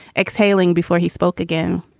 exhaling before he spoke again.